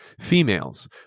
females